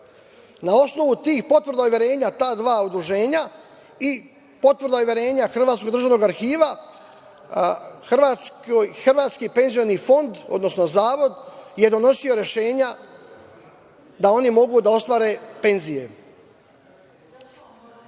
Na osnovu tih potvrda i uverenja ta dva udruženja i potvrda i uverenja Hrvatskog državnog arhiva, hrvatski penzioni fond, odnosno zavod je donosio rešenja da oni mogu da ostvare penzije. Četvrta